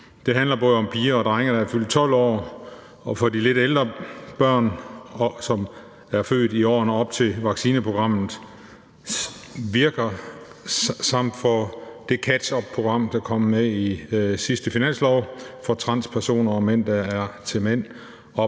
Det handler både om piger og drenge, der er fyldt 12 år, og de lidt ældre børn, som er født i årene op til vaccineprogrammet, samt det catch up-program, der kom med i sidste finanslov, for transpersoner og mænd, der er til mænd,